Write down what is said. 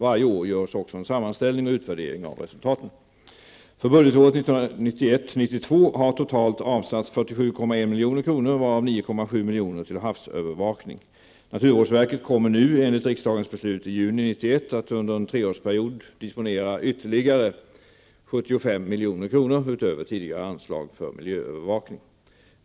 Varje år görs också en sammanställning och utvärdering av resultaten. Naturvårdsverket kommer nu, enligt riksdagens beslut i juni 1991, under en treårsperiod att disponera ytterligare 75 milj.kr. utöver tidigare anslag för miljöövervakning.